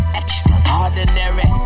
extraordinary